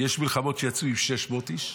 יש מלחמות שיצאו עם 600 איש,